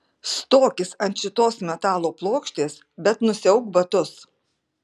stokis ant šitos metalo plokštės bet nusiauk batus